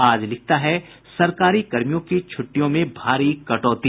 आज लिखता है सरकारी कर्मियों की छूटि्टयों में भारी कटौती